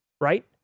right